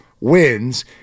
wins